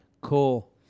Cool